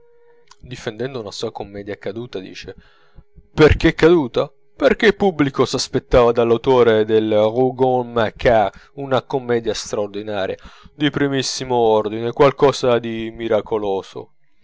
difendendo una sua commedia caduta dice perchè è caduta perchè il pubblico s'aspettava dall'autore dei rougon macquart una commedia straordinaria di primissimo ordine qualcosa di miracoloso